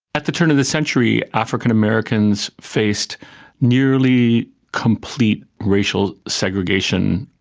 at the turn of the century, african americans faced nearly complete racial segregation,